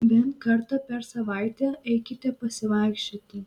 bent kartą per savaitę eikite pasivaikščioti